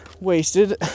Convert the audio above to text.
wasted